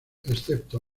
excepto